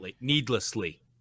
needlessly